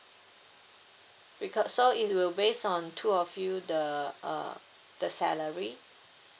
because so it will based on two of you the uh the salary